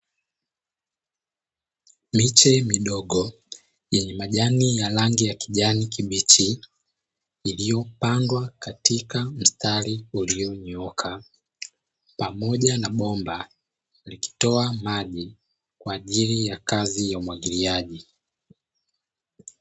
Miche midogo yenye majani ya rangi ya kijani kibichi, iliyopandwa katika mstari ulionyooka pamoja na bomba likitoa maji kwa ajili ya kazi ya umwagiliaji.